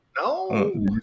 No